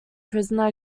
prisoner